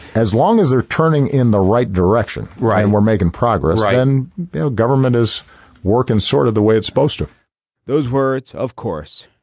as long as they're turning in the right direction and we're making progress and the government is working sort of the way it's supposed to those words, of course,